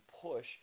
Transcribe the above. push